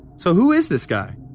so who is this guy,